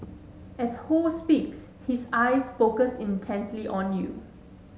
as Ho speaks his eyes focus intently on you